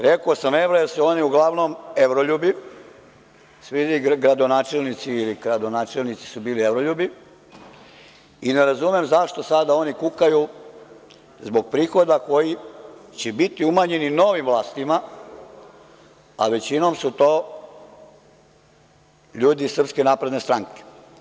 Rekao sam „evra“, jer su oni uglavnom „evroljubi“, svi ti gradonačelnici ili kradonačelnici su bili „evroljubi“ i ne razumem zašto sada oni kukaju zbog prihoda koji će biti umanjeni novim vlastima, a većinom su to ljudi iz SNS.